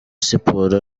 siporo